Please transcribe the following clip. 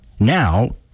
Now